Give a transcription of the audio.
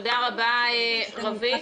תודה רבה רוית.